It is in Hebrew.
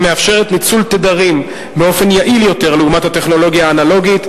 המאפשרת ניצול תדרים באופן יעיל יותר לעומת הטכנולוגיה האנלוגית.